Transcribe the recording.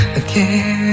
again